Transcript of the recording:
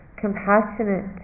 Compassionate